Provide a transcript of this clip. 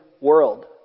world